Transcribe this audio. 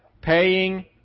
paying